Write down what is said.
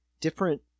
different